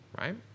right